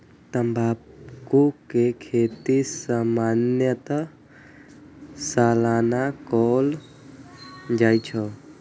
तंबाकू के खेती सामान्यतः सालाना कैल जाइ छै